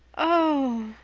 oh!